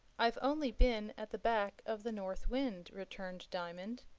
i've only been at the back of the north wind, returned diamond.